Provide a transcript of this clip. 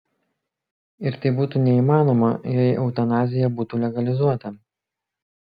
ir tai būtų neįmanoma jei eutanazija būtų legalizuota